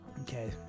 Okay